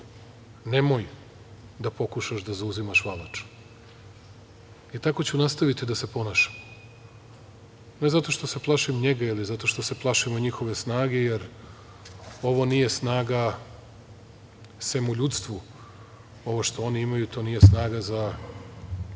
nemoj da pokušaš da zauzimaš Valaču i tako ću nastaviti da se ponašam ne zato što se plašim njega ili zato što se plašimo njihove snage, jer ovo nije snaga, sem u ljudstvu. Ovo što oni imaju to nije snaga za